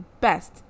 best